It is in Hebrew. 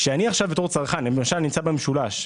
כצרכן אם אני במשולש,